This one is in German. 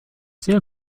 sehr